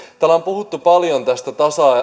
täällä on puhuttu paljon tästä